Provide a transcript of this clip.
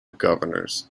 governors